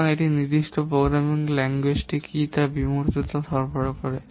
সুতরাং একটি নির্দিষ্ট প্রোগ্রামিং ল্যাঙ্গুয়েজটি কী পরিমাণ বিমূর্ততা সরবরাহ করে